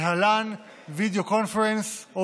video conference,